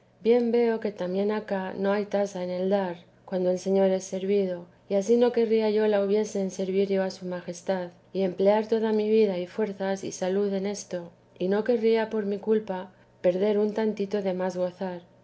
bien veo que también acá no hay tasa en el dar cuando el señor es servido y ansí no querría yo la hubiese en servir ya a su majestad y emplear toda mi vida y fuerzas y salud en esto y no querría por mi cuipa perder un tantico de más gozar